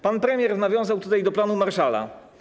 Pan premier nawiązał tutaj do planu Marshalla.